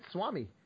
Swami